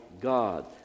God